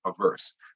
averse